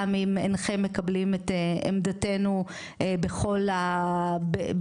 גם אם אינכם מקבלים את עמדתנו בכל הסוגיות.